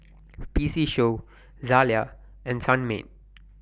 P C Show Zalia and Sunmaid